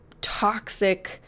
toxic